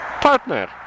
partner